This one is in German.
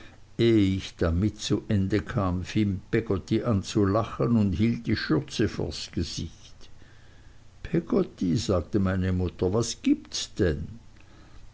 ich damit zu ende kam fing peggotty an zu lachen und hielt die schürze vors gesicht peggotty sagte meine mutter was gibts denn